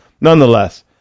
Nonetheless